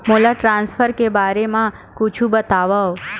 मोला ट्रान्सफर के बारे मा कुछु बतावव?